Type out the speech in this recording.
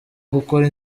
gukora